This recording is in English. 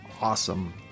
Awesome